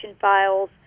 files